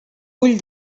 ull